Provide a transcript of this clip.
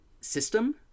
system